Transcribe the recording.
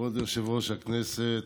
כבוד יושב-ראש הישיבה,